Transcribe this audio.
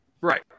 Right